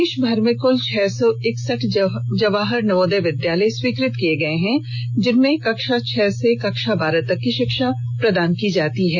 देशभर में कुल छह सौ इकसठ जवाहर नवोदय विद्यालय स्वीकृत किये गये हैं जिनमे कक्षा छह से कक्षा बारह तक की शिक्षा प्रदान की जाती है